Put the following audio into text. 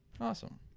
Awesome